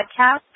podcast